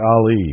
Ali